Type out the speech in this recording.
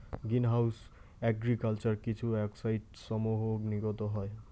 green house agriculture কিছু অক্সাইডসমূহ নির্গত হয়